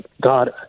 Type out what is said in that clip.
God